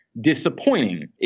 disappointing